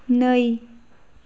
नै